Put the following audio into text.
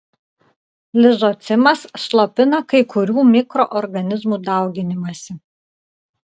lizocimas slopina kai kurių mikroorganizmų dauginimąsi